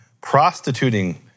prostituting